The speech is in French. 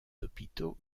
hôpitaux